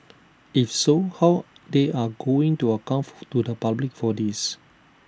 if so how they are going to account to the public for this